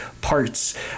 parts